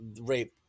rape